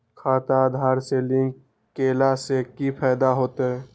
खाता आधार से लिंक केला से कि फायदा होयत?